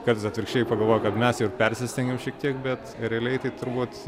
kartais atvirkščiai pagalvoju kad mes ir persistengiam šiek tiek bet realiai tai turbūt